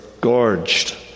gorged